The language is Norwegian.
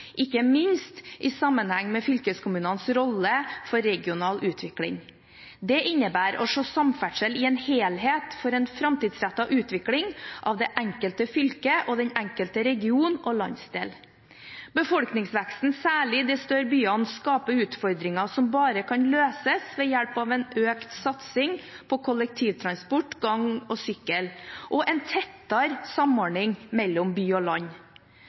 ikke minst i sammenheng med fylkeskommunenes rolle for regional utvikling. Det innebærer å se samferdsel i en helhet for en framtidsrettet utvikling av det enkelte fylke og den enkelte region og landsdel. Befolkningsveksten, særlig i de større byene, skaper utfordringer som bare kan løses ved hjelp av en økt satsing på kollektivtransport, gange og sykkel og en tettere samordning mellom by og land.